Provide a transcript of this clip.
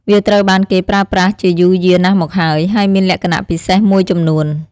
វាត្រូវបានគេប្រើប្រាស់ជាយូរយារណាស់មកហើយ ហើយមានលក្ខណៈពិសេសមួយចំនួន។